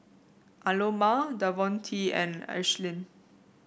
Aloma Davonte and Ashlynn